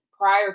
prior